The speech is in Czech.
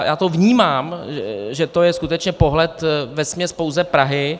Já to vnímám, že to je skutečně pohled vesměs pouze Prahy.